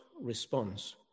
response